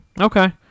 Okay